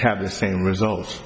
have the same result